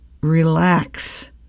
relax